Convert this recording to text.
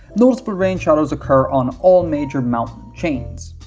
no spur rain shadows occur on all major mountain chains